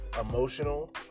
emotional